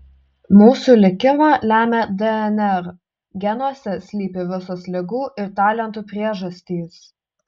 mūsų likimą lemia dnr genuose slypi visos ligų ir talentų priežastys